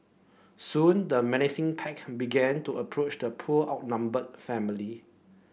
soon the menacing pack began to approach the poor outnumbered family